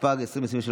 התשפ"ג 2023,